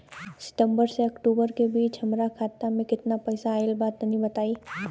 सितंबर से अक्टूबर के बीच हमार खाता मे केतना पईसा आइल बा तनि बताईं?